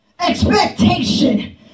Expectation